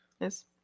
Yes